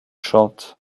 chante